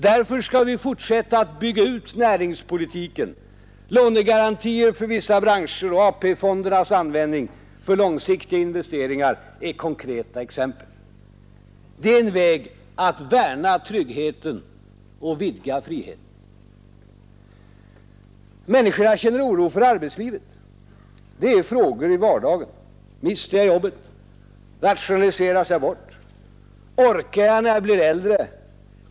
Därför skall vi fortsätta att bygga ut näringspolitiken. Lånegarantier för vissa branscher och AP-fondernas användning för långsiktiga investeringar är konkreta exempel. Det är en väg att värna tryggheten och vidga friheten. Människorna känner oro för arbetslivet. Det är frågor i vardagen. Mister jag jobbet? Rationaliseras jag bort? Orkar jag när jag bli äldre?